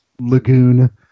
lagoon